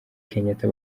kenyatta